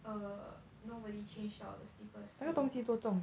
err nobody changed out of the slippers so